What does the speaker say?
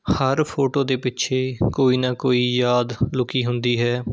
ਹਰ photo ਦੇ ਪਿੱਛੇ ਕੋਈ ਨਾ ਕੋਈ ਯਾਦ ਲੁਕੀ ਹੁੰਦੀ ਹੈ